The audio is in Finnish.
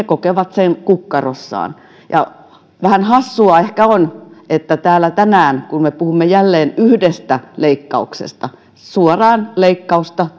kokevat sen kukkaroissaan ja vähän hassua ehkä on että täällä tänään kun me puhumme jälleen yhdestä leikkauksesta suoraan leikkausta